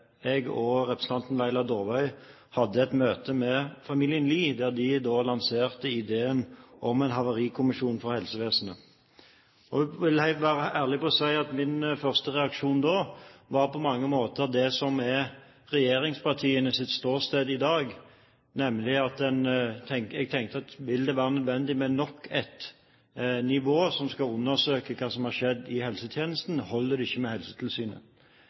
jeg hadde et møte med familien Lie der de lanserte ideen om en havarikommisjon for helsevesenet. Jeg vil være ærlig og si at min første reaksjon da på mange måter var det som er regjeringspartienes ståsted i dag, nemlig at jeg tenkte: Vil det være nødvendig med nok et nivå som skal undersøke hva som har skjedd i helsetjenesten? Holder det ikke med Helsetilsynet?